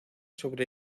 sobre